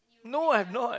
no I'm not